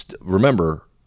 remember